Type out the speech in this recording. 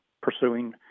pursuing